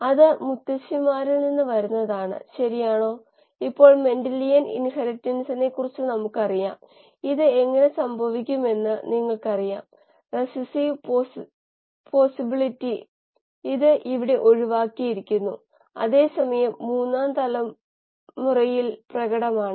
പൂർണ്ണമായ ഡാറ്റ ലഭ്യമല്ലാത്തപ്പോൾ വൈജ്ഞ്ജാനികമായ ഊഹങ്ങൾ നമ്മളെ ബയോറിയാക്ഷൻ സ്റ്റൈക്കിയോമെട്രി സഹായിക്കുന്നു അങ്ങനെയാണ് നമ്മൾ അത് കാണാൻ പോകുന്നത്